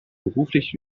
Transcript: beruflich